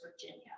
Virginia